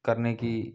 करने की